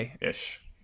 ish